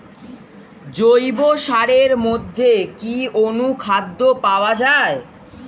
জৈব সারের মধ্যে কি অনুখাদ্য পাওয়া যায়?